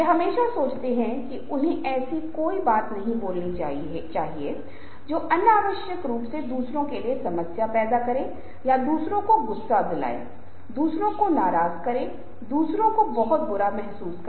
मैं दोहरा रहा हूं बार बार जोर दे रहा हूं कि संचार के एक छात्र के रूप में ये दोनों चीजें बहुत महत्वपूर्ण हैं